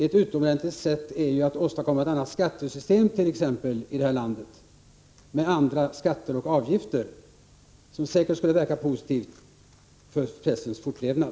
Ett utomordentligt sätt vore ju t.ex. att åstadkomma ett annat skattesystem i det här landet, med andra skatter och avgifter, som skulle säkert ha en positiv verkan när det gäller pressens fortlevnad.